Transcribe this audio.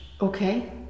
Okay